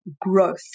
growth